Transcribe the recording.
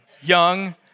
young